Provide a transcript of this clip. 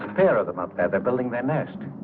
pair of them up that they're building that nest.